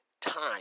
time